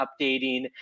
updating